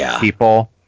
people